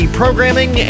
programming